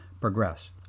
progress